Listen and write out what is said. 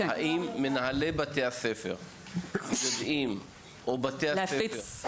האם מנהלי בתי הספר יודעים להפנות אליכם?